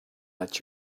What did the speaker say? let